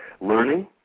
learning